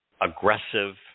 aggressive